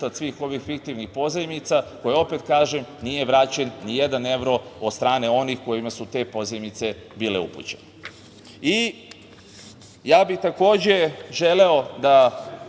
svih ovih fiktivnih pozajmica, koje, opet kažem, nije vraćen ni jedan evro od strane onih kojima su te pozajmice bile upućene. Ja bih takođe želeo da